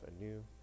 anew